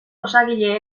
osagile